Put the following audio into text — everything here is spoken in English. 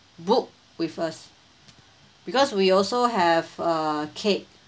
book with us because we also have uh cake